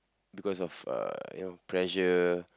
because of uh you know pressure